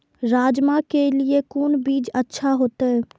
राजमा के लिए कोन बीज अच्छा होते?